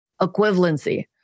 Equivalency